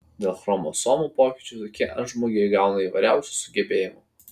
dėl chromosomų pokyčių tokie antžmogiai įgauna įvairiausių sugebėjimų